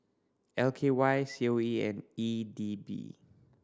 L K Y C O E and E D B